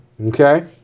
okay